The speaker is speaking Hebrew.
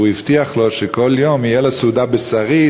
והוא הבטיח לו שכל יום תהיה לו סעודה בשרית,